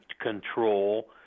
control